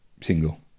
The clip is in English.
single